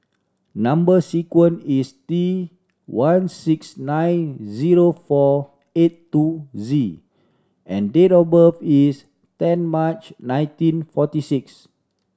number sequence is T one six nine zero four eight two Z and date of birth is ten March nineteen forty six